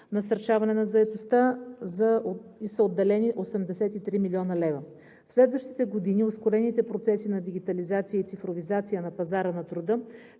насърчаване на заетостта и са отделени 83 млн. лв. В следващите години ускорените процеси на дигитализация и цифровизация на пазара на труда,